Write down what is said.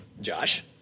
Josh